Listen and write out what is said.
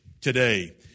today